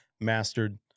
mastered